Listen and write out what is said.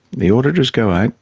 the auditors go out,